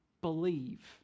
believe